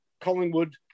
Collingwood